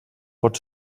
pot